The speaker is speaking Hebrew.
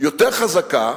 יותר חזקה,